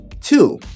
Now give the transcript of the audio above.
Two